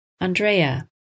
Andrea